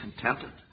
contented